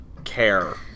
Care